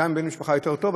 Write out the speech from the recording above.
גם בן משפחה יותר טוב,